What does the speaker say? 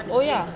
oh ya